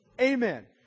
Amen